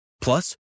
plus